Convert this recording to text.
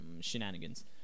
shenanigans